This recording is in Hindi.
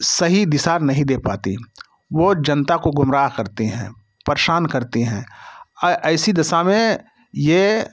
सही दिशा नहीं दे पाती वो जनता को गुमराह करते हैं परेशान करते हैं है ये ऐसी दशा में ये